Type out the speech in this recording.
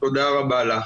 תודה רבה לך.